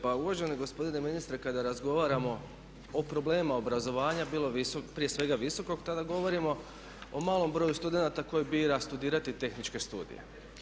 Pa uvaženi gospodine ministre, kada razgovaramo o problemima obrazovanja prije svega visokog tada govorimo o malom broju studenata koji bira studirati tehničke studije.